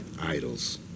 idols